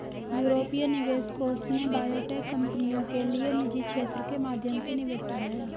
यूरोपीय निवेश कोष ने बायोटेक कंपनियों के लिए निजी क्षेत्र के माध्यम से निवेश बढ़ाया